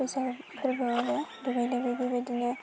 बैसागु फोरबोआवबो दुगैयै लोबै बेबायदिनो